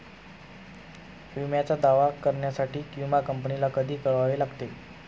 विम्याचा दावा करण्यासाठी विमा कंपनीला कधी कळवावे लागते?